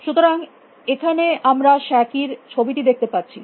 সুতরাং এখানে আমরা শ্যাকে র ছবিটি দেখতে পারছি